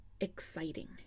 exciting